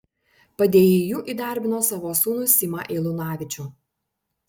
padėjėju įdarbino savo sūnų simą eilunavičių